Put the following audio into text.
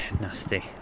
nasty